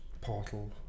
Portal